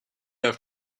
have